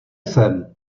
sem